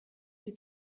die